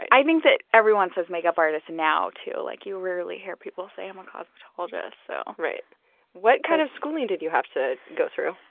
i think that everyone says makeup artist now, too. like you rarely hear people say, i'm a cosmetologist. so what kind of schooling did you have to go through?